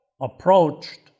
approached